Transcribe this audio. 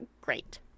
great